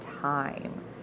time